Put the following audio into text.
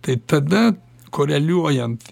tai tada koreliuojant